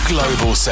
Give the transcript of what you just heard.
Global